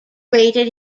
rated